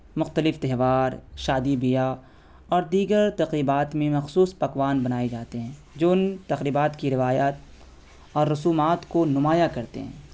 مختلف تہوار شادی بیاہ اور دیگر تقریبات میں مخصوص پکوان بنائے جاتے ہیں جو ان تقریبات کی روایات اور رسومات کو نمایاں کرتے ہیں